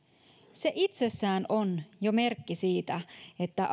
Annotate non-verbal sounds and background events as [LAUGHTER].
se itsessään on jo merkki siitä että [UNINTELLIGIBLE]